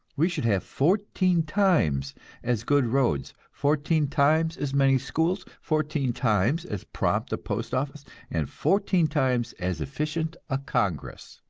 we should have fourteen times as good roads, fourteen times as many schools, fourteen times as prompt a postoffice and fourteen times as efficient a congress.